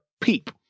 peep